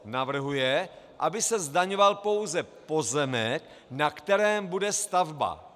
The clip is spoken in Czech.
Navrhuje, aby se zdaňoval pouze pozemek, na kterém bude stavba.